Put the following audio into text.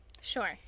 Sure